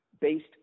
based